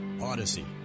Odyssey